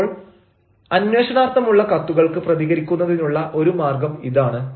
അപ്പോൾ അന്വേഷണാർത്ഥമുള്ള കത്തുകൾക്ക് പ്രതികരിക്കുന്നതിനുള്ള ഒരു മാർഗ്ഗം ഇതാണ്